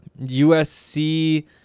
USC